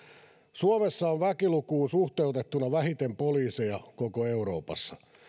suomessa on väkilukuun suhteutettuna vähiten poliiseja koko euroopassa